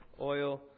oil